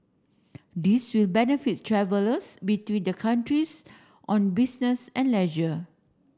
this will benefits travellers between the countries on business and leisure